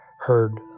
heard